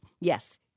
Yes